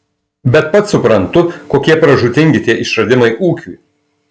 bet pats suprantu kokie pražūtingi tie išradimai ūkiui